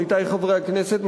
עמיתי חברי הכנסת,